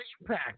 impact